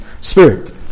Spirit